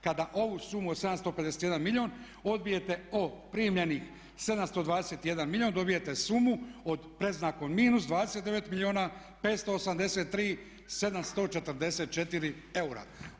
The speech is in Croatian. Kada ovu sumu od 751 milijun odbijete od primljenih 721 milijun dobijete sumu od predznakom minus 29 milijuna 583 744 eura.